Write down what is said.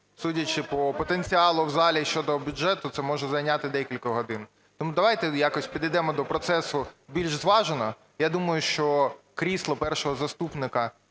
Судячи по потенціалу в залі щодо бюджету, це може зайняти декілька годин. Тому давайте якось підійдемо до процесу більш зважено. Я думаю, що крісло першого заступника